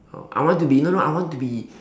oh I want to be no no I want to be